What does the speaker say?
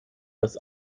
das